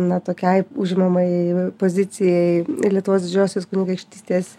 na tokiai užimamai pozicijai lietuvos didžiosios kunigaikštystės